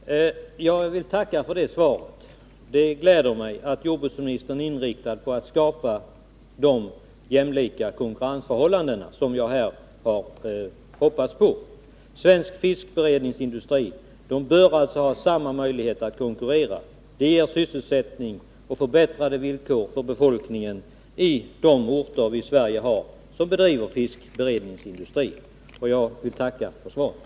Herr talman! Jag vill tacka för det beskedet. Det gläder mig att jordbruksministern är inriktad på att skapa jämlika konkurrensförhållanden. Svensk fiskberedningsindustri bör alltså ha samma möjligheter att konkurrera som den danska. Det ger sysselsättning och förbättrade villkor för befolkningen i de orter i Sverige där det bedrivs fiskberedningsindustri. Jag vill än en gång tacka för svaret.